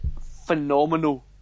phenomenal